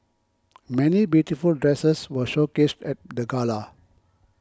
many beautiful dresses were showcased at the gala